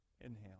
inhale